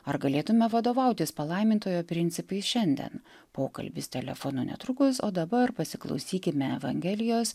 ar galėtume vadovautis palaimintojo principais šiandien pokalbis telefonu netrukus o dabar pasiklausykime evangelijos